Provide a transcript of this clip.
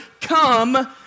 come